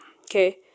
okay